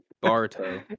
Barto